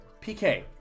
PK